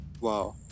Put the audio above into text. Wow